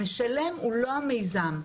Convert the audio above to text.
המשלם הוא לא המיזם.